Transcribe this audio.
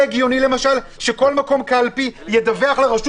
האם זה הגיוני שכל מקום קלפי ידווח לרשות